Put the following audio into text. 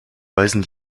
weisen